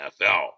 NFL